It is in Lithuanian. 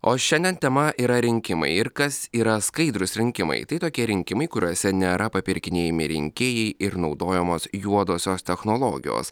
o šiandien tema yra rinkimai ir kas yra skaidrūs rinkimai tai tokie rinkimai kuriuose nėra papirkinėjami rinkėjai ir naudojamos juodosios technologijos